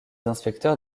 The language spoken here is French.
inspecteurs